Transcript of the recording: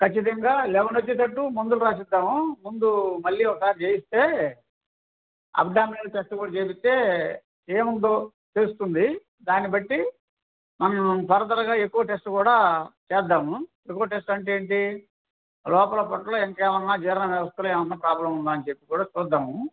ఖచ్చితంగా లెవెన్ వచ్చేటట్టు మందులు రాసిస్తాను ముందు మళ్ళీ ఒకసారి చెయ్యిస్తే అబ్డోమినల్ టెస్ట్ కూడా చెయ్యిస్తే ఏముందో తెలుస్తుంది దాన్ని బట్టి మనం ఫర్దర్గా ఎకో టెస్ట్ కూడా చేద్దాము షుగర్ టెస్ట్ అంటే ఏంటి లోపల పొట్టలో ఇంకేమైనా జీర్ణ వ్యవస్థలో ఏమైనా ప్రోబ్లమ్ ఉందా అని చెప్పి కూడా చూద్దాము